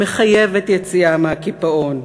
מחייבת יציאה מהקיפאון.